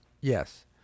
Yes